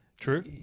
True